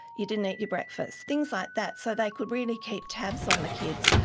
you didn't eat your breakfast. things like that. so they could really keep tabs on the kids.